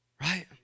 right